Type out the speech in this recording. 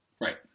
Right